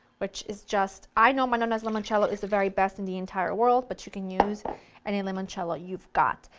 which is just i know my nonna's limoncello is the very best in the entire world, but you can use any limoncello you've got.